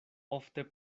ofte